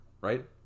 Right